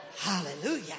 Hallelujah